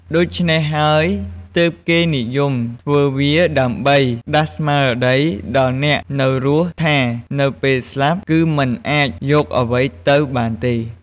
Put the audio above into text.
ដូច្នេះហើយទើបគេនិយមធ្វើវាដើម្បីដាស់ស្មារតីដល់អ្នកនៅរស់ថានៅពេលស្លាប់គឺមិនអាចយកអ្វីទៅបានទេ។